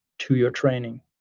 to your training.